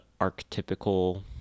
archetypical